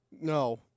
No